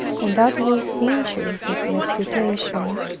and that would injure his reputation,